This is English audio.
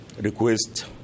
request